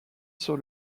sur